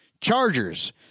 chargers